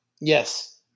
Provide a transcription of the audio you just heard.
Yes